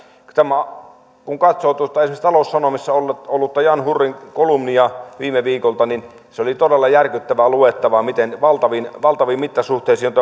kun katsoo tuosta esimerkiksi taloussanomissa ollutta jan hurrin kolumnia viime viikolta niin se oli todella järkyttävää luettavaa miten valtaviin valtaviin mittasuhteisiin